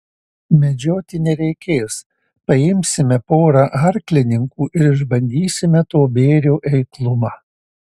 medžioti nereikės paimsime porą arklininkų ir išbandysime to bėrio eiklumą